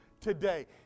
today